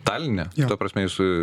taline ta prasme jūs